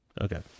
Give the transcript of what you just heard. Okay